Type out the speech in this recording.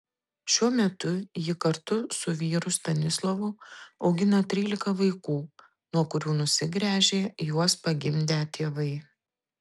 šiuo metu ji kartu su vyru stanislovu augina trylika vaikų nuo kurių nusigręžė juos pagimdę tėvai